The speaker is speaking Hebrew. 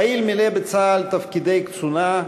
פעיל מילא בצה"ל תפקידי קצונה,